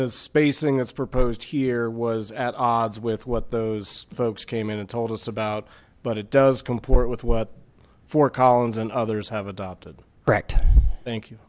the spacing that's proposed here was at odds with what those folks came in and told us about but it does comport with what for collins and others have adopted brecht think you